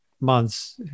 months